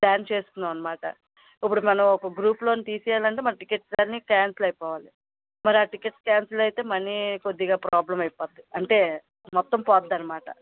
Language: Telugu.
ప్లాన్ చేసుకున్నాం అనమాట ఇప్పుడు మనం ఒక గ్రూప్లోని తీసేయాలంటే మరి టికెట్స్ అన్ని క్యాన్సల్ అయిపోవాలి మరి ఆ టికెట్స్ క్యాన్సల్ అయితే మనీ కొద్దిగా ప్రాబ్లెమ్ అయిపోద్ది అంటే మొత్తం పోద్ది అనమాట